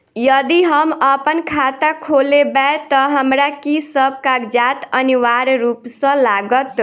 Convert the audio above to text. यदि हम अप्पन खाता खोलेबै तऽ हमरा की सब कागजात अनिवार्य रूप सँ लागत?